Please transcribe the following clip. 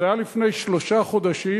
זה היה לפני שלושה חודשים,